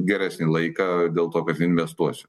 geresnį laiką dėl to kad investuosiu